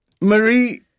marie